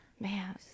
Man